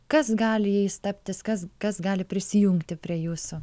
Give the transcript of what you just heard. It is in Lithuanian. kas gali jais taptis kas kas gali prisijungti prie jūsų